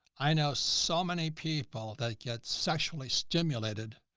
i know so many people that get sexually stimulated.